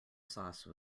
sauce